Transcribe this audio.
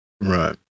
Right